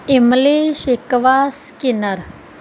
ਇਮਲੀ ਸ਼ਿਕਵਾ ਸਕਿਨਰ